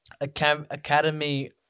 Academy